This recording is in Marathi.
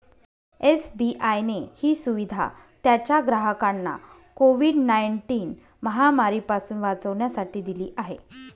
एस.बी.आय ने ही सुविधा त्याच्या ग्राहकांना कोविड नाईनटिन महामारी पासून वाचण्यासाठी दिली आहे